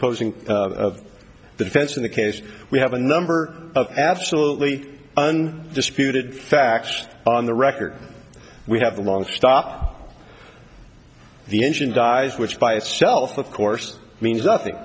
opposing the defense in the case we have a number of absolutely un disputed facts on the record we have a long stop the engine dies which by itself of course means nothing